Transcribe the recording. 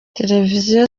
televiziyo